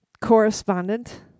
correspondent